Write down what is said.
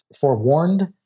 forewarned